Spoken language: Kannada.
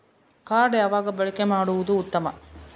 ಕಾರ್ಡ್ ಯಾವಾಗ ಬಳಕೆ ಮಾಡುವುದು ಉತ್ತಮ?